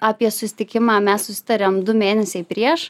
apie susitikimą mes susitariam du mėnesiai prieš